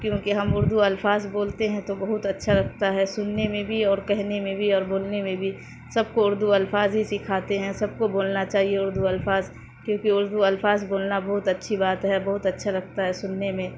کیونکہ ہم اردو الفاظ بولتے ہیں تو بہت اچھا لگتا ہے سننے میں بھی اور کہنے میں بھی اور بولنے میں بھی سب کو اردو الفاظ ہی سکھاتے ہیں سب کو بولنا چاہیے اردو الفاظ کیونکہ اردو الفاظ بولنا بہت اچھی بات ہے بہت اچھا لگتا ہے سننے میں